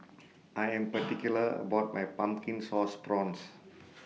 I Am particular about My Pumpkin Sauce Prawns